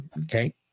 Okay